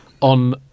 on